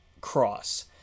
cross